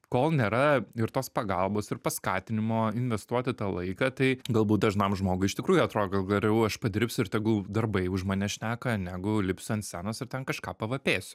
kol nėra ir tos pagalbos ir paskatinimo investuoti tą laiką tai galbūt dažnam žmogui iš tikrųjų atrodo kad geriau aš padirbsiu ir tegul darbai už mane šneka negu lipsiu ant scenos ir ten kažką pavapėsiu